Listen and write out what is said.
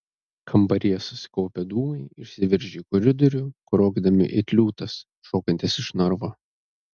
kambaryje susikaupę dūmai išsiveržė į koridorių kriokdami it liūtas šokantis iš narvo